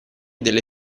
delle